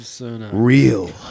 real